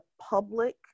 public